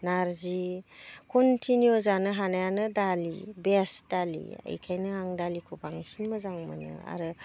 नारजि कनटिनिउ जानो हानायानो दालि बेस्ट दालि एखायनो आं दालिखौ बांसिन मोजां मोनो आरो